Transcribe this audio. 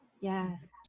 Yes